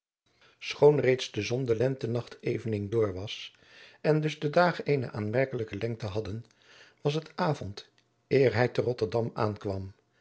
schoon reeds de zon de lente nacht evening door was en dus de dagen eene aanmerkelijke lengte hadden was het avond eer hij te rotterdam aankwam